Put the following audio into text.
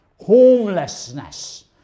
Homelessness